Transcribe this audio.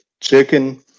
chicken